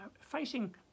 facing